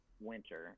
winter